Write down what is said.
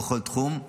בכל תחום,